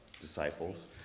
disciples